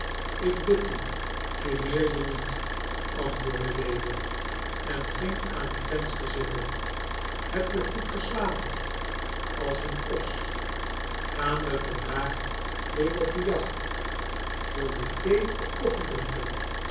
ik bid u geneer je niet antwoordde lewin en ging aan het venster zitten heb je goed geslapen als een os gaan we vandaag weer op de jacht wil je thee of koffie drinken